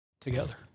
Together